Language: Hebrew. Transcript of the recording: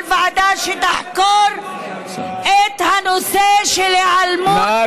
ועדה שתחקור את הנושא של היעלמות תינוקות מתימן,